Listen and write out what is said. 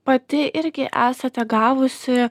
pati irgi esate gavusi